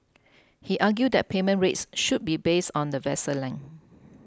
he argued that payment rates should be based on the vessel length